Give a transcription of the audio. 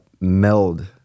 meld